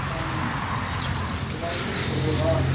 आं गोबां उत्सबआवहाय